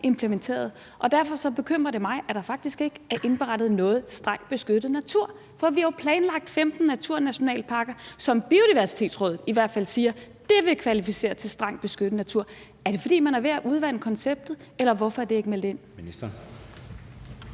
implementeret. Derfor bekymrer det mig, at der faktisk ikke er indberettet noget strengt beskyttet natur. For vi har jo planlagt 15 naturnationalparker, som Biodiversitetsrådet i hvert fald siger vil kvalificere til strengt beskyttet natur. Er det, fordi man er ved at udvande konceptet, eller hvorfor er det ikke meldt ind?